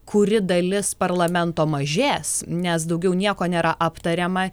kuri dalis parlamento mažės nes daugiau nieko nėra aptariama